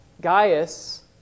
Gaius